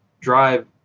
drive